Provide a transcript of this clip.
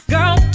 Girl